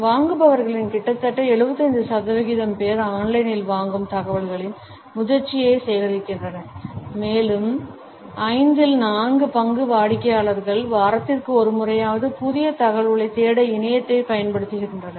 வாங்குபவர்களில் கிட்டத்தட்ட 75 சதவீதம் பேர் ஆன்லைனில் வாங்கும் தகவல்களின் முதிர்ச்சியை சேகரிக்கின்றனர் மேலும் ஐந்தில் நான்கு பங்கு வாடிக்கையாளர்கள் வாரத்திற்கு ஒரு முறையாவது புதிய தகவல்களைத் தேட இணையத்தைப் பயன்படுத்துகின்றனர்